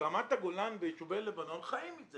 ברמת הגולן, ביישובי לבנון חיים מזה